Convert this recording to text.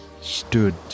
stood